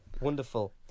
Wonderful